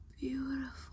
beautiful